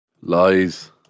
Lies